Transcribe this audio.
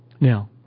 Now